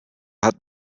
hat